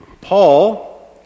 Paul